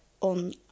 on